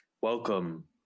welcome